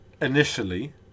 Initially